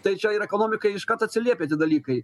tai čia ir ekonomikai iškart atsiliepia tie dalykai